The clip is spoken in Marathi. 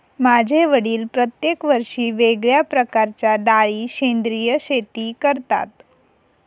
माझे वडील प्रत्येक वर्षी वेगळ्या प्रकारच्या डाळी सेंद्रिय शेती करतात